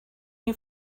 you